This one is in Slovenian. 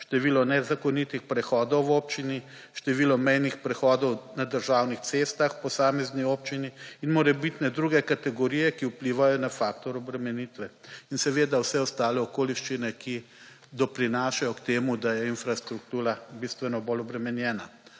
število nezakonitih prehodov v občini, število mejnih prehodov na državnih cestah v posamezni občini in morebitne druge kategorije, ki vplivajo na faktor obremenitve, in seveda vse ostale okoliščine, ki doprinašajo k temu, da je infrastruktura bistveno bolj obremenjena.